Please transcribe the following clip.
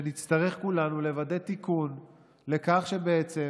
ונצטרך כולנו לוודא את התיקון לכך שבעצם